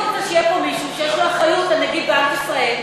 אני רוצה שיהיה פה מישהו שיש לו אחריות על נגיד בנק ישראל,